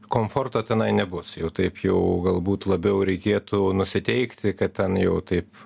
komforto tenai nebus jau taip jau galbūt labiau reikėtų nusiteikti kad ten jau taip